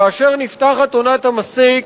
כאשר נפתחת עונת המסיק,